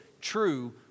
true